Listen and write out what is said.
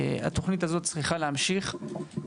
התוכנית הזאת צריכה להמשיך,